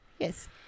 Yes